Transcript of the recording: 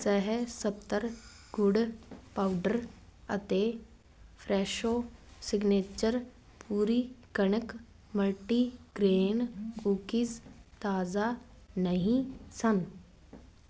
ਸਹਸਤ੍ਰ ਗੁੜ ਪਾਊਡਰ ਅਤੇ Fresho signature ਪੂਰੀ ਕਣਕ ਮਲਟੀਗ੍ਰੇਨ ਕੂਕੀਜ਼ ਤਾਜ਼ਾ ਨਹੀਂ ਸਨ